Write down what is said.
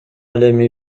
эми